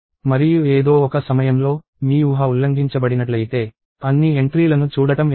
మరియు ఏదో ఒక సమయంలో మీ ఊహ ఉల్లంఘించబడినట్లయితే అన్ని ఎంట్రీలను చూడటం ఎందుకు